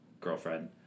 girlfriend